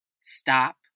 stop